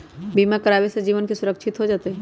बीमा करावे से जीवन के सुरक्षित हो जतई?